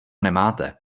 nemáte